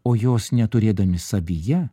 o jos neturėdami savyje